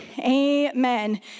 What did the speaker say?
Amen